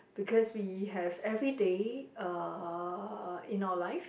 because we have everyday uh in our life